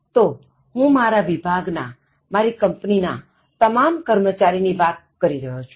તો હું મારા વિભાગ ના મારી કંપની ના તમામ કર્મચારીની વાત કરી રહ્યો છું